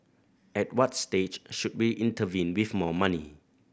at what stage should we intervene with more money